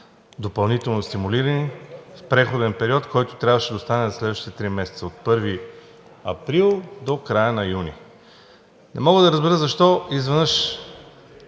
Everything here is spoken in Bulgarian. допълнително стимулирани, в преходен период, който трябваше да остане за следващите три месеца – от 1 април до края на юни. Не мога да разбера защо изведнъж